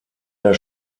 der